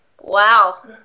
Wow